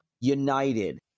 United